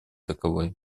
таковой